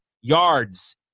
yards